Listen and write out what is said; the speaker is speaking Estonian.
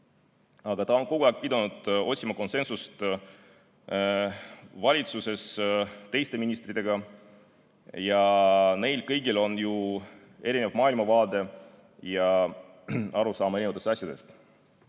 Aga ta on kogu aeg pidanud otsima konsensust valitsuses teiste ministritega. Ja neil kõigil on ju erinev maailmavaade ja arusaam erinevatest asjadest.